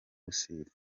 rusizi